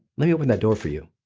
let me open that door for you.